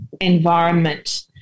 environment